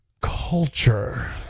culture